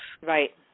right